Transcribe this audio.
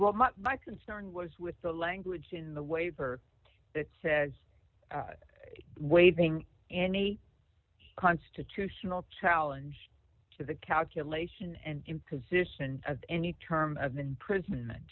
well not my concern was with the language in the waiver that says waiving any constitutional challenge to the calculation and imposition of any term of imprison